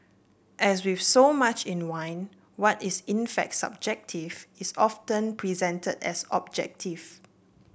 as with so much in wine what is in fact subjective is often presented as objective